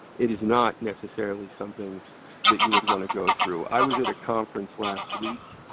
it is not neccessarily something that you would want to go through. i was at a conference last week,